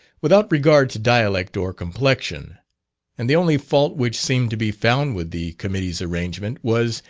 without regard to dialect or complexion and the only fault which seemed to be found with the committee's arrangement was,